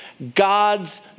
God's